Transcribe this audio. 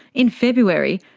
in february,